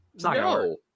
No